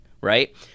right